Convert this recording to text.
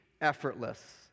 effortless